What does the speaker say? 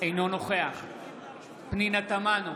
אינו נוכח פנינה תמנו,